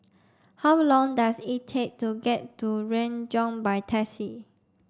how long does it take to get to Renjong by taxi